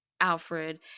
Alfred